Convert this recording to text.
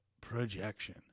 projection